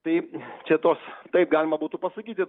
taip čia tos taip galima būtų pasakyti